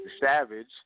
savage